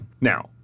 Now